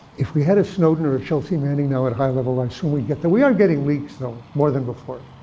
if we had a snowden or a chelsea manning now at a high level, i assume we'd get the we are getting leaks, though, more than before.